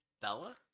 Bella